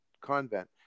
convent